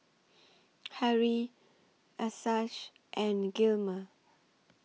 Harrie Achsah and Gilmer